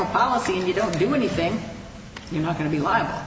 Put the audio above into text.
a policy you don't do anything you're not going to be liable